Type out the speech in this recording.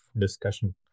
discussion